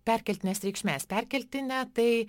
perkeltinės reikšmės perkeltinė tai